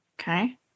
Okay